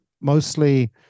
mostly